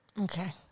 Okay